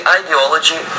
ideology